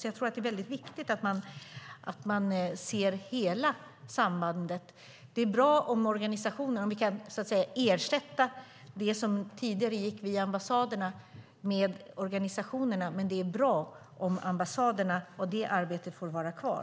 Jag tror att det är viktigt att man ser hela sambandet. Det är bra om vi så att säga kan ersätta det som tidigare gick via ambassaderna med organisationerna, men det är bra om ambassaderna och deras arbete får vara kvar.